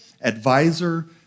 advisor